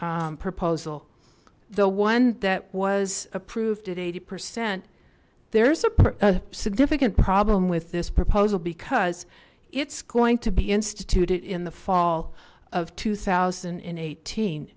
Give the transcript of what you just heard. proposal the one that was approved at eighty percent there's a significant problem with this proposal because it's going to be instituted in the fall of two thousand and eighteen